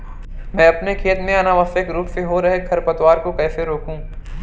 मैं अपने खेत में अनावश्यक रूप से हो रहे खरपतवार को कैसे रोकूं?